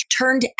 turned